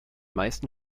meisten